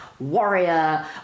warrior